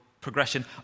progression